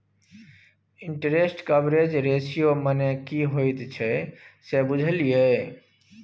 Interest coverage ratio मने की होइत छै से बुझल यै?